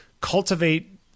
cultivate